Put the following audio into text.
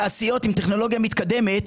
תעשיות עם טכנולוגיה מתקדמת,